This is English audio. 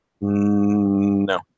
No